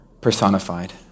personified